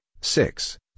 six